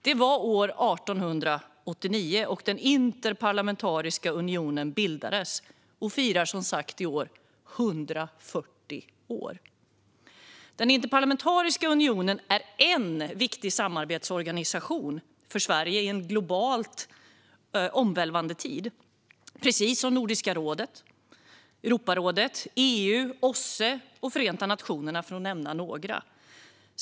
Det var år 1889 Interparlamentariska unionen bildades, och den firar i år 130 år. Interparlamentariska unionen är en viktig samarbetsorganisation för Sverige i en globalt omvälvande tid, precis som Nordiska rådet, Europarådet, EU, OSSE och Förenta nationerna - för att nämna några.